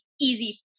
easy